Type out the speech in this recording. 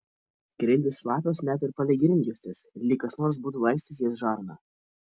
grindys šlapios net ir palei grindjuostes lyg kas nors būtų laistęs jas žarna